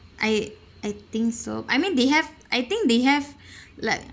I I think so I mean they have I think they have like